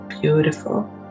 Beautiful